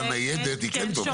שרעייה ניידת היא כן טובה.